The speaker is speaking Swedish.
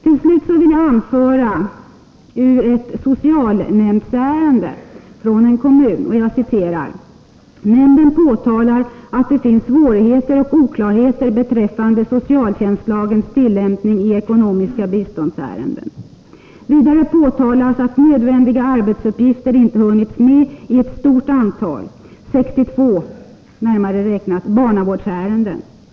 Till slut vill jag anföra ett citat ur ett socialnämndsärende i en kommun: ”Nämnden påtalar att det finns svårigheter och oklarheter beträffande socialtjänstlagens tillämpning i ekonomiska biståndsärenden.” Vidare påtalas att nödvändiga arbetsuppgifter inte hunnits med i ett stort antal — närmare bestämt 62 — barnavårdsärenden.